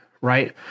right